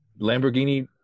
Lamborghini